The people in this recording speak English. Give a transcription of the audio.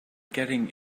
getting